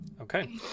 Okay